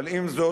אבל עם זאת,